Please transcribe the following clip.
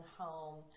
home